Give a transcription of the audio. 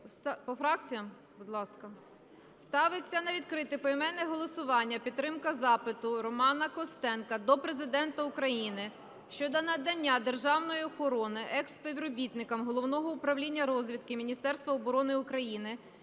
По фракціям? Будь ласка. Ставиться на відкрите поіменне голосування підтримка запиту Романа Костенка до Президента України щодо надання державної охорони екс-співробітникам Головного управління розвідки Міністерства оборони України,